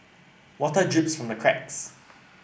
water drips from the cracks